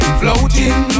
floating